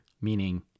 meaning